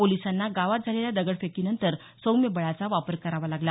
पोलिसांना गावात झालेल्या दगडफेकीनंतर सौम्य बळाचा वापर करावा लागला